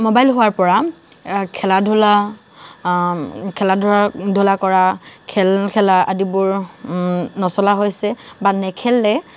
mobile হোৱাৰ পৰা খেলা ধূলা খেলা ধূলা ধূলা কৰা খেল খেলা আদিবোৰ নচলা হৈছে বা নেখেলে